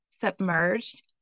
submerged